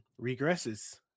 regresses